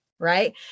Right